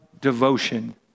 devotion